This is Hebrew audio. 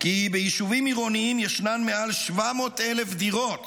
כי ביישובים עירוניים ישנן מעל 700,000 דירות